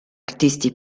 artisti